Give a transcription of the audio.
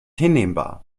hinnehmbar